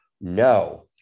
No